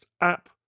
app